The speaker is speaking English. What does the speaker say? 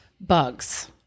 bugs